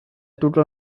total